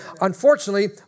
Unfortunately